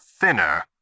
thinner